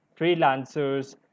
freelancers